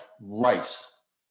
rice